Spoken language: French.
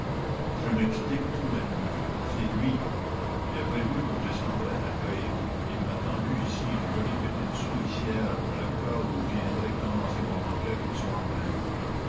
je m'explique tout maintenant c'est lui il a prévu que je descendrais à creil et il m'a tendu ici une jolie petite souricière pour le cas où je viendrais commencer mon enquête le soir même